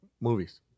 movies